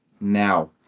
now